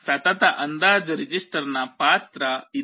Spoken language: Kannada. ಸತತ ಅಂದಾಜು ರಿಜಿಸ್ಟರ್ನ ಪಾತ್ರ ಇದು